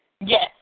Yes